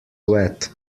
wet